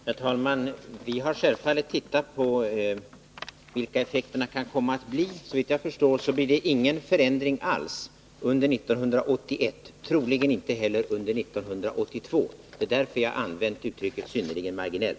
Herr talman! Vi har självfallet undersökt vilka effekterna kan komma att bli. Såvitt jag förstår blir det ingen förändring alls under 1981, troligen inte heller under 1982. Det är därför jag använt uttrycket ”synnerligen marginell”.